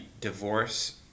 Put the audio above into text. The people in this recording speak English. divorce